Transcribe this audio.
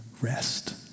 rest